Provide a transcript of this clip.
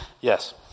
Yes